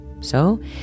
So